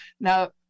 Now